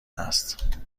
است